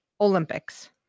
Olympics